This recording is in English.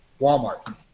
walmart